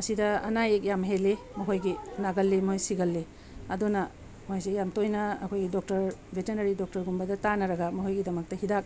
ꯑꯁꯤꯗ ꯑꯅꯥ ꯑꯌꯦꯛ ꯌꯥꯝ ꯍꯦꯜꯂꯤ ꯃꯈꯣꯏꯒꯤ ꯅꯥꯒꯜꯂꯤ ꯃꯣꯏ ꯁꯤꯒꯜꯂꯤ ꯑꯗꯨꯅ ꯃꯣꯏꯁꯤ ꯌꯥꯝ ꯇꯣꯏꯅ ꯑꯩꯈꯣꯏꯒꯤ ꯗꯣꯛꯇꯔ ꯕꯦꯇꯦꯅꯔꯤ ꯗꯣꯛꯇꯔꯒꯨꯝꯕꯗꯣ ꯇꯥꯅꯔꯒ ꯃꯈꯣꯏꯒꯤꯗꯃꯛꯇ ꯍꯤꯗꯥꯛ